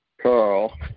Carl